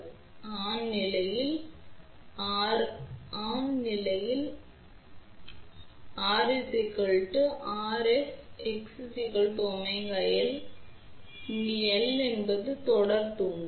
எனவே ON நிலையில் R Rf X ωL இங்கு L என்பது தொடர் தூண்டல்